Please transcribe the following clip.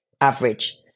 average